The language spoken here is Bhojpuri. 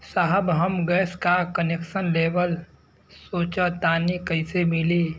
साहब हम गैस का कनेक्सन लेवल सोंचतानी कइसे मिली?